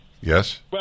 Yes